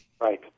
right